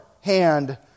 hand